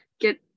get